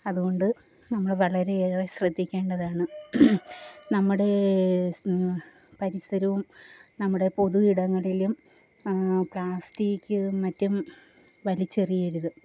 അതുകൊണ്ട് നമ്മൾ വളരെയേറെ ശ്രദ്ധിക്കേണ്ടതാണ് നമ്മുടെ പരിസരവും നമ്മുടെ പൊതു ഇടങ്ങളിലും പ്ലാസ്റ്റിക്ക് മറ്റും വലിച്ചെറിയരുത്